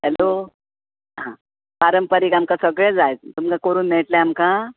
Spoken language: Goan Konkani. हॅलो पारंपारीक आमकां सगळें जाय तुमकां करूंक मेळटले आमकां